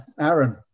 Aaron